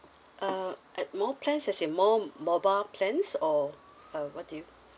uh add more plans as in more mobile plans or uh what do you